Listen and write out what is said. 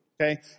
okay